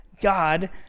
God